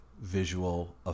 visual